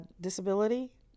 disability